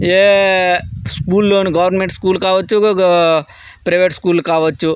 ఏ school లోను government school కావచ్చు private school కావచ్చు